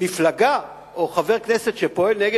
מפלגה או חבר כנסת שפועל נגד,